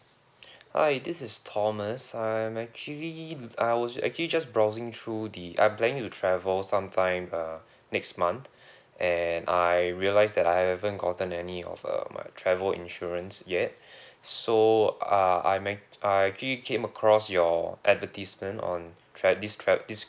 hi this is thomas I'm actually uh I was actually just browsing through the I'm planning to travel some time uh next month and I realise that I haven't gotten any of uh my travel insurance yet so uh I might uh I actually came across your advertisement on trav~ this trav~ this